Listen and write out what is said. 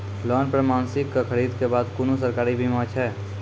Loan पर मसीनऽक खरीद के बाद कुनू सरकारी बीमा छै?